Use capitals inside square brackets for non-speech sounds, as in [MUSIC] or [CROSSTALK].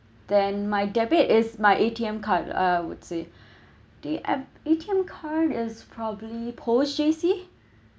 then my debit is my A_T_M card I would say [BREATH] the A_ A_T_M card is probably post J_C